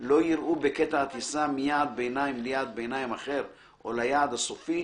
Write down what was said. לא יראו בקטע הטיסה מיעד ביניים ליעד ביניים אחר או ליעד הסופי,